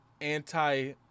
anti